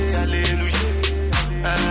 hallelujah